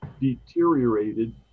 deteriorated